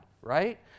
Right